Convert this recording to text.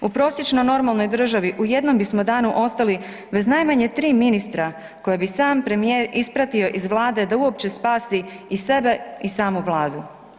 U prosječno normalnoj državi u jednom bismo danu ostali bez najmanje tri ministra koje bi sam premijer ispratio iz Vlade da uopće spasi i sebe i samu Vladu.